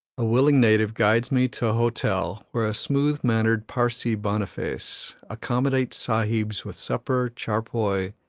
a willing native guides me to a hotel where a smooth-mannered parsee boniface accommodates sahibs with supper, charpoy,